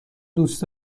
دوست